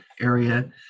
area